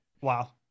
Wow